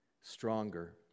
stronger